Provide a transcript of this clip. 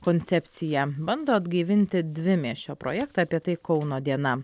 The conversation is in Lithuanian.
koncepciją bando atgaivinti dvimiesčio projektą apie tai kauno diena